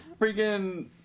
freaking